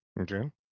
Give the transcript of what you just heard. Okay